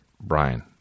Brian